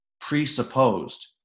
presupposed